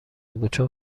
بود، چون